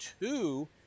two